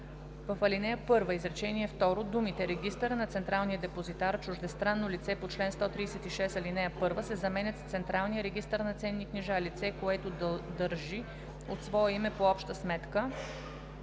в ал. 1, изречение второ думите „регистъра на Централния депозитар чуждестранно лице по чл. 136, ал. 1“ се заменят с „централния регистър на ценни книжа лице, което държи от свое име по обща сметка